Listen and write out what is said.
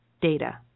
data